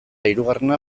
hirugarrena